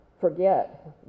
forget